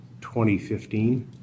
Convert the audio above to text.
2015